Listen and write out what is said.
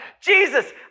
Jesus